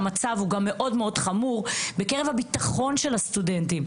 שהמצב חמור מאוד גם בעניין ביטחון הסטודנטים.